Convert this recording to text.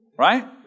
Right